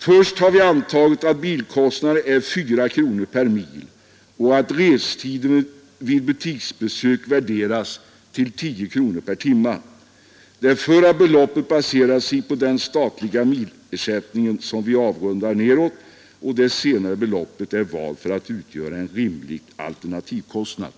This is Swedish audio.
Först har man antagit att bilkostnaden är 4 kronor per mil, och sedan har man värderat restiden vid butiksbesöket till 10 kronor per timme. Det förrra beloppet är baserat på den statliga milersättningen, som har avrundats nedåt, och det senare beloppet är valt för att utgöra en rimlig alternativ kostnad.